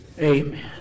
amen